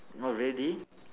oh really